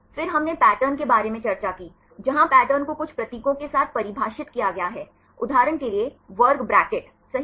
फिर हमने पैटर्न के बारे में चर्चा की जहां पैटर्न को कुछ प्रतीकों के साथ परिभाषित किया गया है उदाहरण के लिए वर्ग ब्रैकेट सही